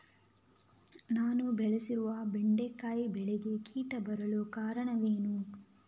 ನಾನು ಬೆಳೆಸಿರುವ ಬೆಂಡೆಕಾಯಿ ಬೆಳೆಗೆ ಕೀಟ ಬರಲು ಕಾರಣವೇನು?